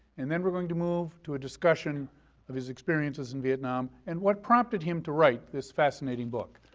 and then we're going to move to a discussion of his experiences in vietnam and what prompted him to write this fascinating book.